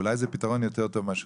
אולי זה פתרון טוב יותר מלהשמיד.